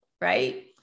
right